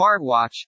smartwatch